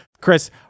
Chris